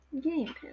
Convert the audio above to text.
Game